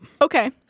Okay